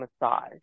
massage